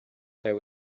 there